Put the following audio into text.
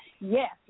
yes